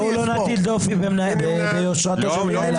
בואו לא נטיל דופי ביושרתו של מנהל הוועדה.